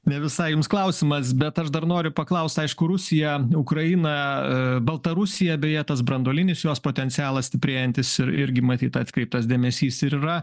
ne visai jums klausimas bet aš dar noriu paklaust aišku rusiją ukrainą baltarusiją beje tas branduolinis jos potencialas stiprėjantis ir irgi matyt atkreiptas dėmesys ir yra